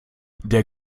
der